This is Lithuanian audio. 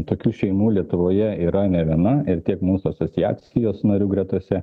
tokių šeimų lietuvoje yra ne viena ir tiek mūsų asociacijos narių gretose